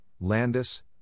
Landis